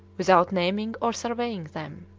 without naming or surveying them.